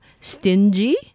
stingy